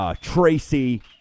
Tracy